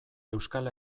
euskal